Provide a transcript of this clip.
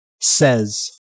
says